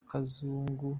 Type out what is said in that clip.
kazungu